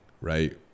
right